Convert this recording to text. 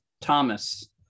Thomas